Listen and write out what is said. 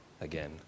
again